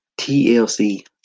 TLC